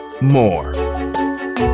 more